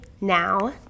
now